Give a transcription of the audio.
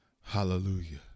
Hallelujah